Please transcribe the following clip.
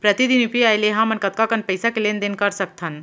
प्रतिदन यू.पी.आई ले हमन कतका कन पइसा के लेन देन ल कर सकथन?